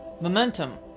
Momentum